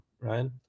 Ryan